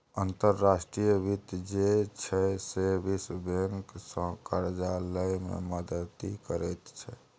अंतर्राष्ट्रीय वित्त जे छै सैह विश्व बैंकसँ करजा लए मे मदति करैत छै